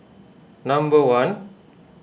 number one